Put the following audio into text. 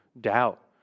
doubt